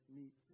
meet